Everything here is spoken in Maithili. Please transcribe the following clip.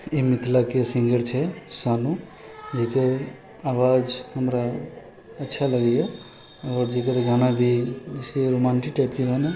मिथिलाके सिंगर छै सानू जेकर आवाज हमरा अच्छा लगै यऽ आओर जकर गाना भी जैसे रोमान्टिक टाइपके गाना